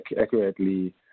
accurately